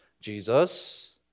Jesus